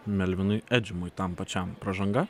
melvinui edžimui tam pačiam pražanga